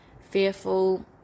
fearful